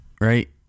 Right